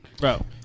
Bro